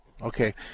Okay